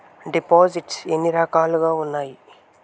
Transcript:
దిపోసిస్ట్స్ ఎన్ని రకాలుగా ఉన్నాయి?